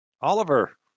Oliver